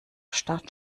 start